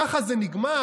ככה זה נגמר?